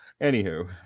Anywho